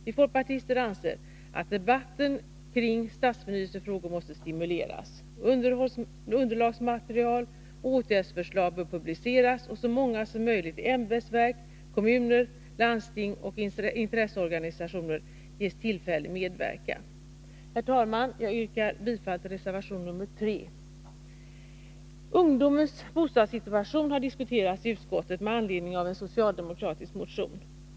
Vi folkpartister anser att debatten kring stadsförnyelsefrågor måste stimuleras. Underlagsmaterial och åtgärdsförslag bör publiceras, och så många som möjligt i ämbetsverk, kommuner, landsting och intresseorganisationer bör ges tillfälle att medverka. Herr talman! Jag yrkar bifall till reservation nr 3. Ungdomens bostadssituation har diskuterats i utskottet med anledning av en socialdemokratisk motion.